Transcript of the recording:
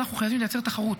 אנחנו חייבים לייצר תחרות.